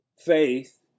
faith